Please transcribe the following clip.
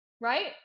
right